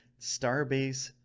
Starbase